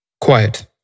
quiet